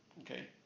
okay